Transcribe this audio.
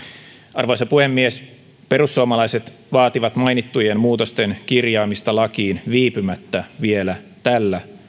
arvoisa puhemies perussuomalaiset vaativat mainittujen muutosten kirjaamista lakiin viipymättä vielä tällä